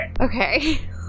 Okay